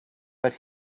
but